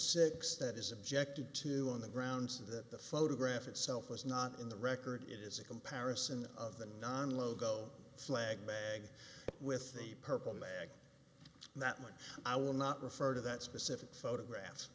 six that is objected to on the grounds that the photograph itself is not in the record it is a comparison of the non logo flag bag with a purple bag that much i will not refer to that specific photographs